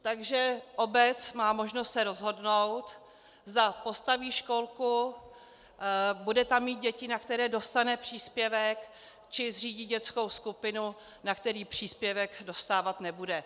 Takže obec má možnost se rozhodnout, zda postaví školku, bude tam mít děti, na které dostane příspěvek, či zřídí dětskou skupinu, na který příspěvek dostávat nebude.